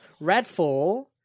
Redfall